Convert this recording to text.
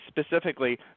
specifically